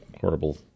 horrible